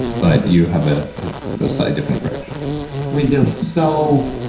but you have a slightly different approach we do. so